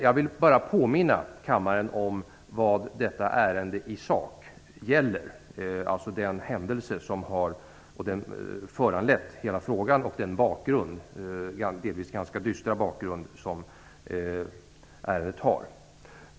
Jag vill först påminna kammaren om vad detta ärende i sak gäller - om den händelse som har föranlett frågan och om den delvis ganska dystra bakgrund som ärendet har.